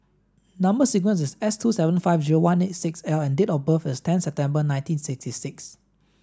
number sequence is S two seven five zero one eight six L and date of birth is ten September nineteen sixty six